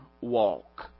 walk